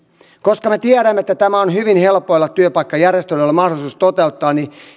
koska me tiedämme että tämä on hyvin helpoilla työpaikkajärjestelyillä mahdollisuus toteuttaa niin